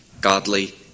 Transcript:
godly